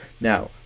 now